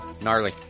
Gnarly